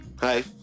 Hi